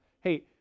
hey